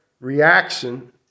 reaction